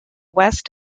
west